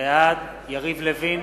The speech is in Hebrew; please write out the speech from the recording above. בעד יריב לוין,